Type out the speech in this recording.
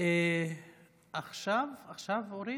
עכשיו אורית?